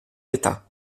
d’état